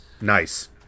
Nice